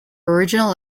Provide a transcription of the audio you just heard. original